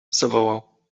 zawołał